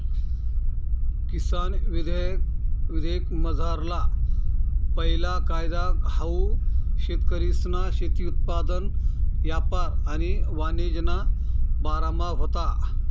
किसान विधेयकमझारला पैला कायदा हाऊ शेतकरीसना शेती उत्पादन यापार आणि वाणिज्यना बारामा व्हता